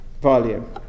volume